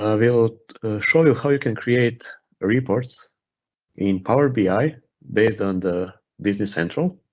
ah we'll show you how you can create reports in power bi based on the business central.